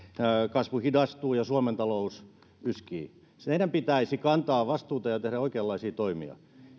kasvu hidastuu ja suomen talous yskii teidän pitäisi kantaa vastuuta ja tehdä oikeanlaisia toimia